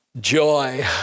joy